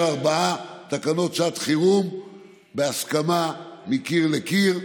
ארבע תקנות שעת חירום בהסכמה מקיר לקיר.